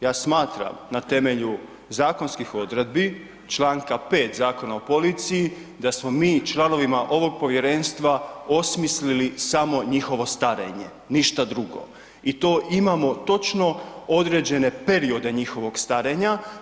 Ja smatram na temelju zakonskih odredbi čl. 5. Zakona o policiji da smo mi članovima ovog povjerenstva osmislili samo njihovo starenje, ništa drugo i to imamo određene periode njihovog starenja.